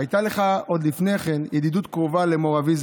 הייתה לך עוד לפני כן ידידות קרובה למור אבי,